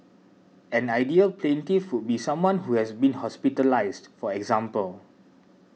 an ideal plaintiff would be someone who has been hospitalised for example